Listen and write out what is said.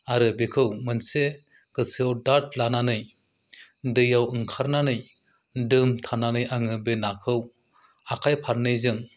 आरो बेखौ मोनसे गोसोयाव दाद लानानै दैयाव ओंखारनानै दोम थानानै आङो बे नाखौ आखाय फारनैजों